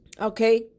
Okay